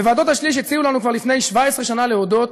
בוועדות השליש הציעו לנו כבר לפני 17 שנה להודות,